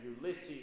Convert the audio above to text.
Ulysses